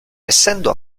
essendo